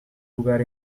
lugar